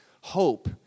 hope